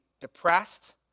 depressed